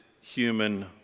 human